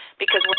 because we're